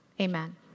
Amen